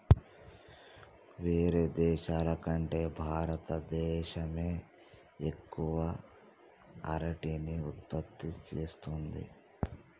వేరే దేశాల కంటే భారత దేశమే ఎక్కువ అరటిని ఉత్పత్తి చేస్తంది